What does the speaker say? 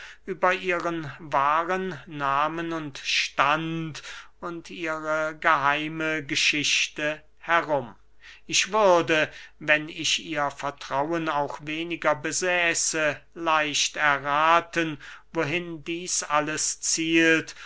über ihren wahren nahmen und stand und ihre geheime geschichte herum ich würde wenn ich ihr vertrauen auch weniger besäße leicht errathen wohin dieß alles zielt